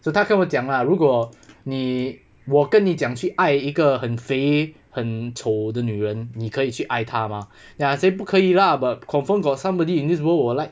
so 他跟我讲啦如果你我跟你讲去爱一个很肥很丑的女人你可以去爱他吗 ya I say 不可以 lah but confirm got somebody in this world will like